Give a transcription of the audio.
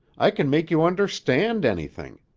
i can make you understand anything.